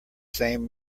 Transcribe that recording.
same